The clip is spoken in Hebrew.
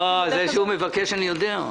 זה שהוא מבקש אני יודע.